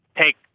take